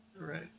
Right